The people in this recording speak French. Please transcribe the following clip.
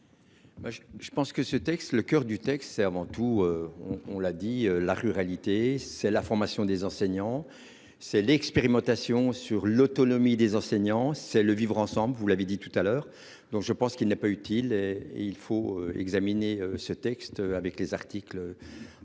je pense que ce texte, le coeur du texte, c'est avant tout. On l'a dit la ruralité c'est la formation des enseignants. C'est l'expérimentation sur l'autonomie des enseignants, c'est le vivre-ensemble, vous l'avez dit tout à l'heure donc je pense qu'il n'a pas utile. Il faut examiner ce texte avec les articles.